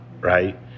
right